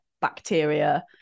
bacteria